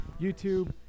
YouTube